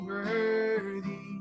Worthy